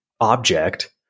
object